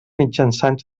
mitjançant